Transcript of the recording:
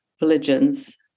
religions